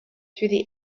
through